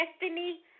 destiny